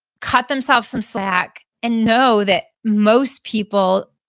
cut themselves some slack, and know that most people,